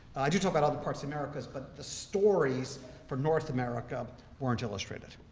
i do talk about other parts americas, but the stories for north america weren't illustrated.